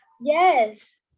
Yes